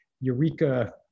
Eureka